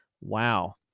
Wow